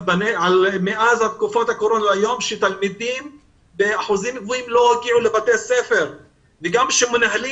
מאז תקופת הקורונה תלמידים באחוזים גבוהים לא הגיעו לבתי הספר וגם מנהלים